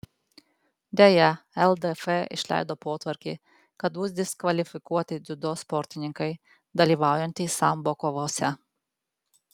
deja ldf išleido potvarkį kad bus diskvalifikuoti dziudo sportininkai dalyvaujantys sambo kovose